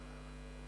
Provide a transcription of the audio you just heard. "הולילנד".